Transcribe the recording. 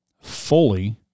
fully